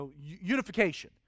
unification